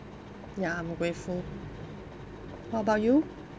ya I'm grateful what about you